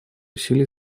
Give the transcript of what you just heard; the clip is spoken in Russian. усилий